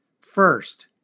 First